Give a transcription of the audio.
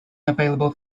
available